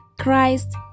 Christ